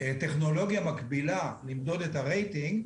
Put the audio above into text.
טכנולוגיה מקבילה למדוד את הרייטינג,